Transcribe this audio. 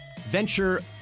venture